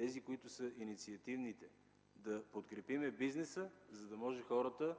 работещите хора, инициативните, да подкрепим бизнеса, за да може хората